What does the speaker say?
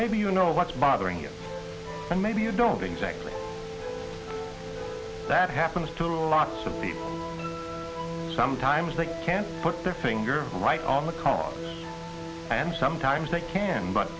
maybe you know what's bothering you and maybe you don't exactly that happens to lots of people sometimes they can't put their finger right on the cards and sometimes they can but